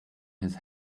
his